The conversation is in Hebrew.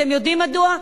אתם יודעים מדוע?